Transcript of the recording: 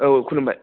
औ खुलुमबाय